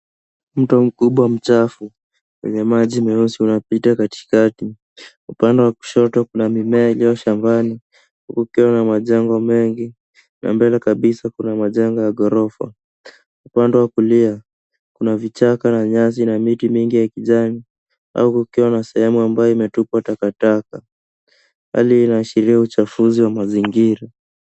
Mto mkubwa machafu inapita kwenye katikati Upande wa kushoto kuna mimea shambani huku ikiwa na majengo mengi na mbele kabisaa kuna majengo ya ghorofa. Upande wa kulia kuna vichaka nyasi na miti mingi ya kijani au kukiwa na sehemu ambayo imetupwa takataka Hali inayoashiria uchafuzi wa mazingira.